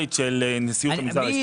מהמנכ"לית של נשיאות המגזר העסקי.